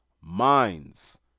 minds